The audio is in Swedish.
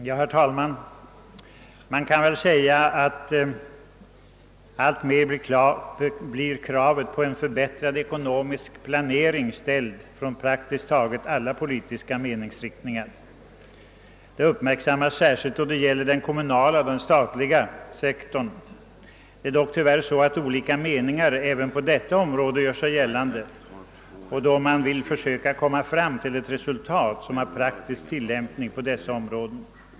Herr talman! Man kan väl säga att kravet på en förbättrad ekonomisk pla nering alltmer ställs från praktiskt taget alla politiska meningsriktningar. Detta uppmärksammas särskilt då det gäller den kommunala och den statliga sektorn. Tyvärr är det dock så att olika meningar även på detta område gör sig gällande då man vill försöka nå ett resultat som har praktisk tillämpning.